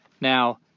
Now